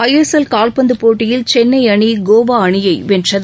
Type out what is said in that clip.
ISL கால்பந்துப் போட்டியில் சென்னை அணி கோவா அணியை வென்றது